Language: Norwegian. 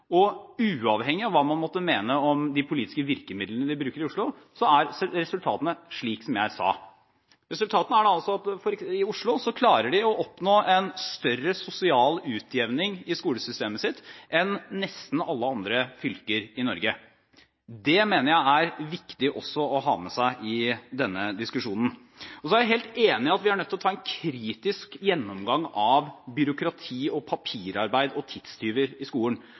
Og uavhengig av hva man måtte mene om de politiske virkemidlene vi bruker i Oslo, er resultatene slik som jeg sa. Resultatene er at i Oslo klarer man å oppnå en større sosial utjevning i skolesystemet sitt enn nesten alle andre fylker i Norge. Det mener jeg også er viktig å ha med seg i denne diskusjonen. Så er jeg helt enig i at vi er nødt til å ta en kritisk gjennomgang av byråkrati, papirarbeid og tidstyver i skolen.